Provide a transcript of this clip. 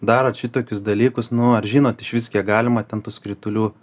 darot šitokius dalykus nu ar žinot išvis kiek galima ten tų skritulių